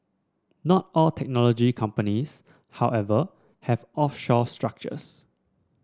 not all technology companies however have offshore structures